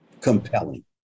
Compelling